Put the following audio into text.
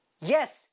Yes